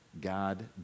God